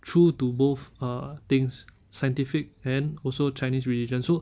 true to both uh things scientific and also chinese religion so